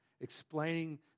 explaining